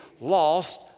lost